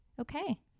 Okay